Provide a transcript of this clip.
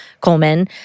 Coleman